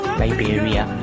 liberia